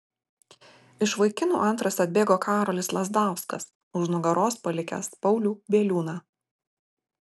iš vaikinų antras atbėgo karolis lazdauskas už nugaros palikęs paulių bieliūną